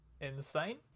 Insane